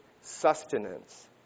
sustenance